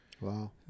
Wow